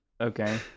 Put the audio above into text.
okay